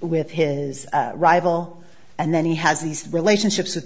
with his rival and then he has these relationships with